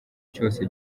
cyose